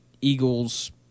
Eagles